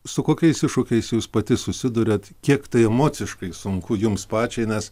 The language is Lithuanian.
su kokiais iššūkiais jūs pati susiduriat kiek tai emociškai sunku jums pačiai nes